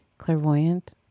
Clairvoyant